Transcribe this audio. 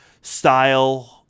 style